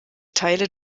teile